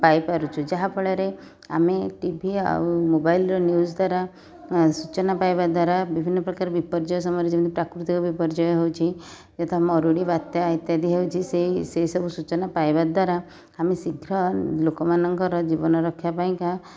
ପାଇପାରୁଛୁ ଯାହାଫଳରେ ଆମେ ଟି ଭି ଆଉ ମୋବାଇଲ୍ରେ ନ୍ୟୁଜ୍ ଦ୍ଵାରା ସୂଚନା ପାଇବାଦ୍ଵାରା ବିଭିନ୍ନ ପ୍ରକାର ବିପର୍ଯ୍ୟୟ ସମୟରେ ଯେମିତି ପ୍ରାକୃତିକ ବିପର୍ଯ୍ୟୟ ହେଉଛି ଯଥା ମରୁଡ଼ି ବାତ୍ୟା ଇତ୍ୟାଦି ହେଉଛି ସେହି ସେହିସବୁ ସୂଚନା ପାଇବାଦ୍ଵାରା ଆମେ ଶୀଘ୍ର ଲୋକମାନଙ୍କର ଜୀବନରକ୍ଷା ପାଇଁକା